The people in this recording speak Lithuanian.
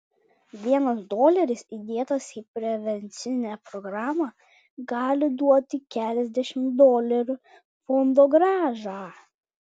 vienas doleris įdėtas į prevencinę programą gali duoti keliasdešimt dolerių fondogrąžą